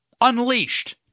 Unleashed